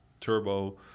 turbo